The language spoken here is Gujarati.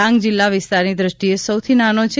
ડાંગ જીલ્લા વિસ્તારની દ્રષ્ટીએ સૌથી નાનો છે